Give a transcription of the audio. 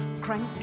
crank